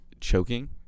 choking